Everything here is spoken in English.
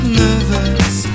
nervous